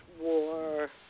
war